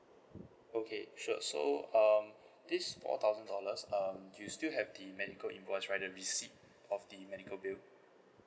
okay sure so um this four thousand dollars um you still have the medical invoice right the receipt of the medical bill